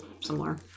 similar